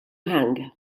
hang